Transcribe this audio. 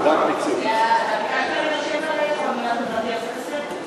זה רק פיצול.